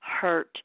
hurt